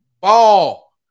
ball